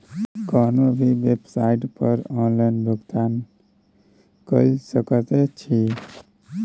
कोनो भी बेवसाइट पर ऑनलाइन भुगतान कए सकैत छी